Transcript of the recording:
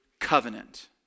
covenant